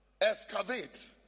excavate